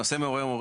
הנושא מעורר,